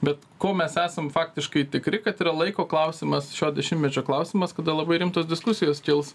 bet ko mes esam faktiškai tikri kad yra laiko klausimas šio dešimtmečio klausimas kada labai rimtos diskusijos kils